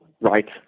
right